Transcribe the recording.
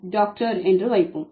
doctor என்று வைப்போம்